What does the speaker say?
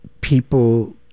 people